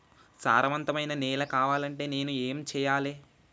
సారవంతమైన నేల కావాలంటే నేను ఏం చెయ్యాలే?